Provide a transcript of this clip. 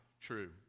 true